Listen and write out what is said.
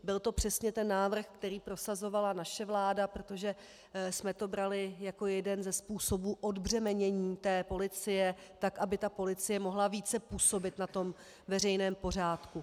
Byl to přesně ten návrh, který prosazovala naše vláda, protože jsme to brali jako jeden ze způsobů odbřemenění policie, tak aby policie mohla více působit na veřejném pořádku.